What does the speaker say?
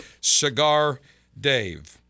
Cigardave